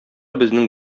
безнең